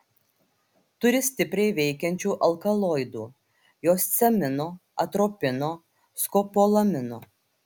turi stipriai veikiančių alkaloidų hiosciamino atropino skopolamino